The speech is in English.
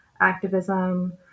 activism